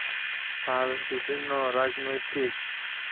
ᱟᱨ ᱵᱤᱵᱷᱤᱱᱱᱚ ᱨᱟᱡᱽᱱᱳᱭᱛᱤᱠ